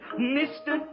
Mr